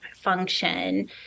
function